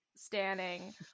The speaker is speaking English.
Standing